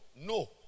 No